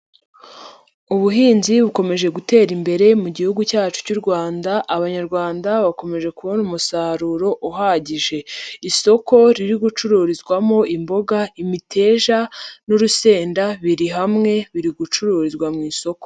Ubuhinzi bukomeje gutera imbere mu Gihugu cyacu cy'u Rwanda, Abanyarwanda bakomeje kubona umusaruro uhagije. Isoko riri gucururizwamo imboga, imiteja n'urusenda biri hamwe biri gucururizwa mu isoko.